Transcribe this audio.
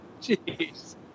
Jeez